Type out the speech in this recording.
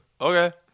okay